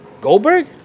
Goldberg